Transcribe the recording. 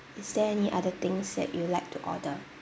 is there any other things that you like to order